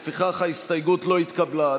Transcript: לפיכך, ההסתייגות לא התקבלה.